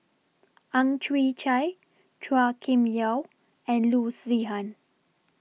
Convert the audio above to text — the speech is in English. Ang Chwee Chai Chua Kim Yeow and Loo Zihan